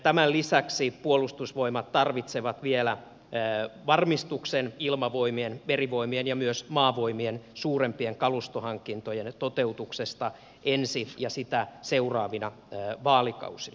tämän lisäksi puolustusvoimat tarvitsevat vielä varmistuksen ilmavoimien merivoimien ja myös maavoimien suurempien kalustohankintojen toteutuksesta ensi ja sitä seuraavina vaalikausina